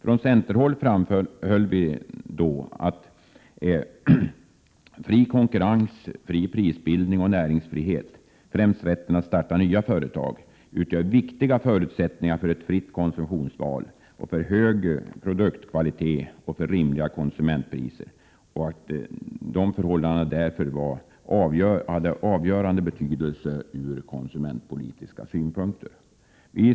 Från centerhåll framhöll vi då att fri konkurrens, fri prisbildning och näringsfrihet, främst rätten att starta nya företag, utgör viktiga förutsättningar för ett fritt konsumtionsval, för hög produktkvalitet och för rimliga konsumentpriser och därför är av avgörande betydelse ur konsumentpolitisk synvinkel.